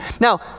Now